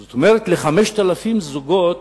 זאת אומרת, ל-5,000 זוגות